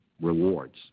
rewards